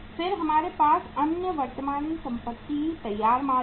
फिर हमारे पास अन्य वर्तमान संपत्ति तैयार माल है